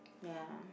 ya